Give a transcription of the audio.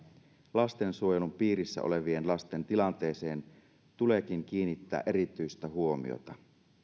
lastensuojelun piirissä olevien lasten tilanteeseen tuleekin kiinnittää erityistä huomiota